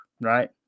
Right